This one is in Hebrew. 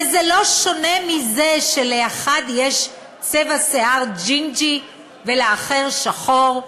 וזה לא שונה מזה שלאחד יש צבע שיער ג'ינג'י ולאחר שחור,